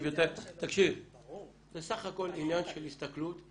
תקשיב, זה סך הכול עניין של הסתכלות.